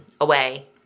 away